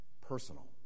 personal